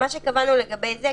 מה שקבענו לגבי זה,